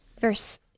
Verse